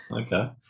okay